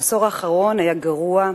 העשור האחרון היה גרוע,